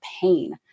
pain